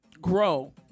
grow